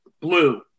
blue